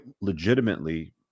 legitimately